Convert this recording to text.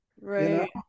Right